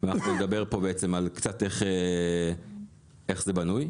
נדבר על איך זה בנוי.